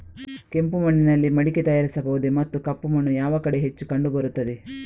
ಕೆಂಪು ಮಣ್ಣಿನಲ್ಲಿ ಮಡಿಕೆ ತಯಾರಿಸಬಹುದೇ ಮತ್ತು ಕಪ್ಪು ಮಣ್ಣು ಯಾವ ಕಡೆ ಹೆಚ್ಚು ಕಂಡುಬರುತ್ತದೆ?